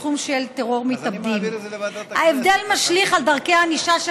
בתחום של טרור מתאבדים: ההבדל משליך על דרכי הענישה של